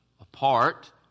apart